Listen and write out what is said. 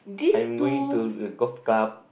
I'm going to the golf club